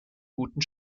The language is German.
guten